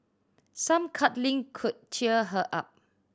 some cuddling could cheer her up